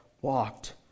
walked